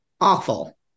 awful